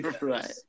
Right